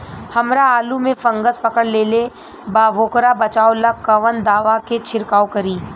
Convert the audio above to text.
हमरा आलू में फंगस पकड़ लेले बा वोकरा बचाव ला कवन दावा के छिरकाव करी?